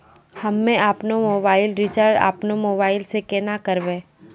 हम्मे आपनौ mobile recharge आपनौ मोबाइल से केना करवै?